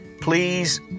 please